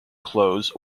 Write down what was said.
closed